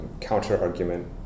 counter-argument